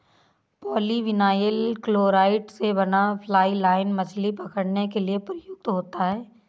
polyvinyl chloride से बना fly line मछली पकड़ने के लिए प्रयुक्त होता है